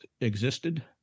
existed